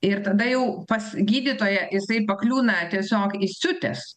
ir tada jau pas gydytoją jisai pakliūna tiesiog įsiutęs